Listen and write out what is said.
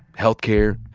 health care,